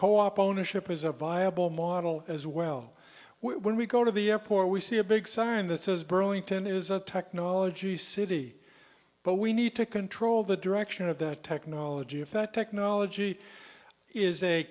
co op ownership is a viable model as well when we go to the airport we see a big sign that says burlington is a technology city but we need to control the direction of that technology if that technology is a